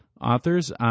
Authors